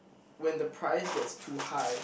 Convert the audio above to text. when the price gets too high